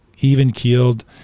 even-keeled